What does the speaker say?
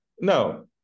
No